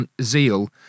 zeal